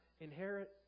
inherit